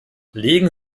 legen